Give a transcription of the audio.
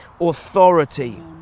authority